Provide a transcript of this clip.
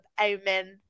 Amen